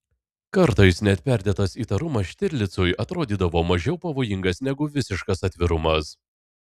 kartais net perdėtas įtarumas štirlicui atrodydavo mažiau pavojingas negu visiškas atvirumas